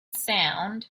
sound